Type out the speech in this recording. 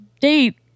date